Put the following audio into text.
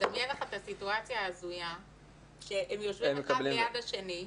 דמיין לך את הסיטואציה ההזויה שהם יושבים אחד ליד השני,